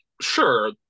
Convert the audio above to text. sure